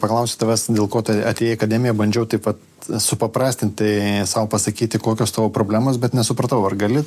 paklausti tavęs dėl ko tu atėjai į akademiją bandžiau taip pat supaprastintai sau pasakyti kokios tavo problemos bet nesupratau ar gali